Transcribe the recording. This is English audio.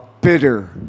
bitter